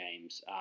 games